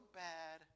bad